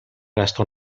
resto